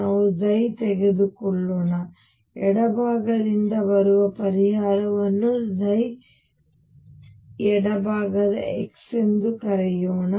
ನಾವು ತೆಗೆದುಕೊಳ್ಳೋಣ ಎಡಭಾಗದಿಂದ ಬರುವ ಪರಿಹಾರವನ್ನು ಎಡ x ಎಂದು ಕರೆಯೋಣ